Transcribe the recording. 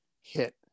hit